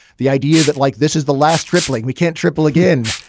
the idea that like this is the last tripling, we can't triple again.